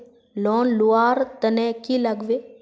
Loan लुवा र तने की लगाव?